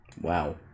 Wow